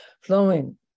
flowing